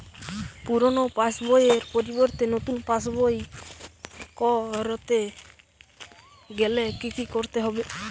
পুরানো পাশবইয়ের পরিবর্তে নতুন পাশবই ক রতে গেলে কি কি করতে হবে?